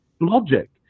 logic